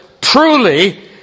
truly